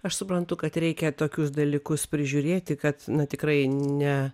aš suprantu kad reikia tokius dalykus prižiūrėti kad tikrai ne